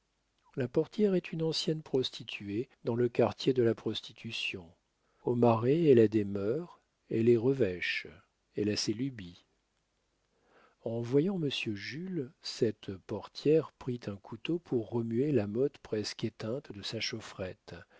la portière est une ancienne prostituée dans le quartier de la prostitution au marais elle a des mœurs elle est revêche elle a ses lubies en voyant monsieur jules cette portière prit un couteau pour remuer la motte presque éteinte de sa chaufferette